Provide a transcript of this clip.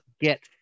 get